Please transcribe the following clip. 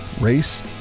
race